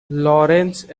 lawrence